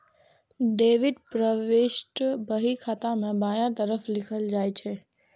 debit प्रवृष्टि बही खाता मे बायां तरफ लिखल जाइ छै